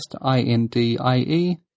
I-N-D-I-E